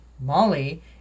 Molly